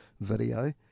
video